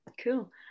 Cool